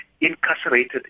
incarcerated